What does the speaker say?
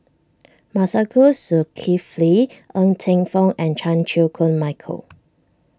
Masagos Zulkifli Ng Teng Fong and Chan Chew Koon Michael